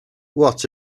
what